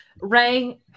Ray